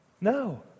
No